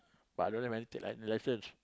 but I don't have any license